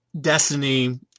Destiny